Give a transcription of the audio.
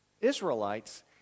Israelites